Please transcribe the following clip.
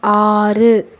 ஆறு